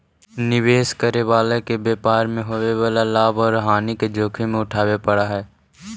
निवेश करे वाला के व्यापार मैं होवे वाला लाभ औउर हानि के जोखिम उठावे पड़ऽ हई